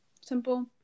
Simple